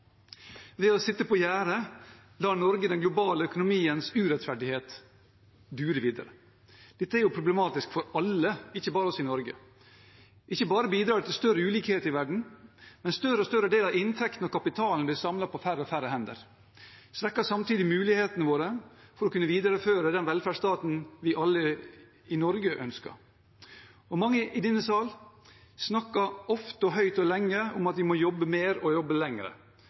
Ved å sitte på gjerdet lar Norge den globale økonomiens urettferdighet dure videre. Dette er jo problematisk for alle, ikke bare for oss i Norge. Ikke bare bidrar det til større ulikhet i verden, men større og større del av inntekten og kapitalen blir samlet på færre og færre hender. Det svekker samtidig mulighetene våre for å kunne videreføre den velferdsstaten vi alle i Norge ønsker. Mange i denne sal snakker ofte og høyt og lenge om at vi må jobbe mer og jobbe